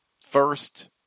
First